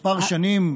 יש עוד כמה שנים,